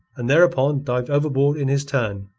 and thereupon dived overboard in his turn,